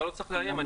אתה לא צריך לאיים.